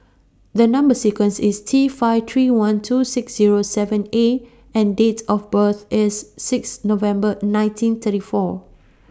The Number sequence IS T five three one two six Zero seven A and Date of birth IS six November nineteen thirty four